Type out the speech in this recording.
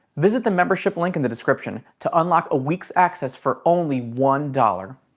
visit the membership link in the description to unlock a week's access for only one dollar.